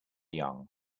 young